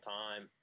time